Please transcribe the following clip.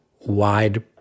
wide